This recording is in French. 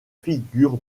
figure